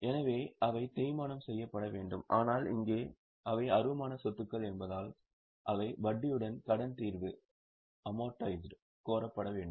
எனவே அவை தேய்மானம் செய்யப்பட வேண்டும் ஆனால் இங்கே அவை அருவமான சொத்துக்கள் என்பதால் அவை வட்டியுடன் கடன் தீர்வு கோரப்பட வேண்டும்